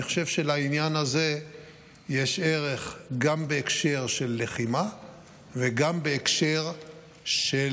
אני חושב שלעניין הזה יש ערך גם בהקשר של לחימה וגם בהקשר של